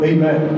Amen